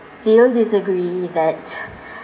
still disagree that